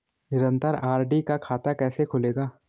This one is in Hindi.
निरन्तर आर.डी का खाता कैसे खुलेगा?